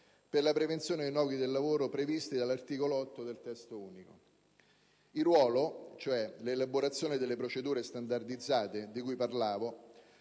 per la prevenzione nei luoghi del lavoro, prevista dall'articolo 8 del Testo unico. Tale ruolo, cioè l'elaborazione delle procedure standardizzate di cui parlavo,